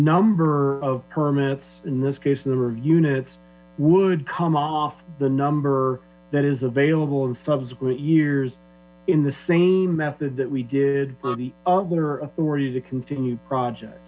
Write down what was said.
number of permits in this case and the units would come off the number that is available in subsequent years in the same method that we did for the other authorities a continued project